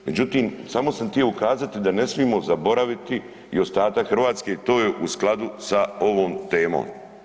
Međutim, samo sam tio ukazati da ne smimo zaboraviti i ostatak Hrvatske, to je u skladu sa ovom temom.